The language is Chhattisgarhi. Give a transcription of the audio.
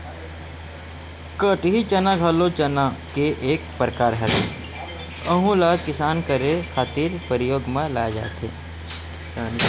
कटही चना घलो चना के एक परकार हरय, अहूँ ला किसानी करे खातिर परियोग म लाये जाथे